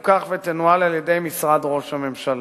שתפוקח ותנוהל על-ידי משרד ראש הממשלה,